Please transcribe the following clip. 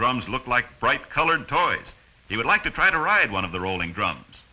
drums look like bright colored toys he would like to try to ride one of the rolling drums